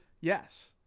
Yes